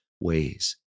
ways